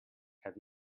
have